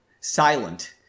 Silent